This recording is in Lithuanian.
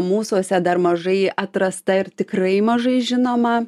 mūsuose dar mažai atrasta ir tikrai mažai žinoma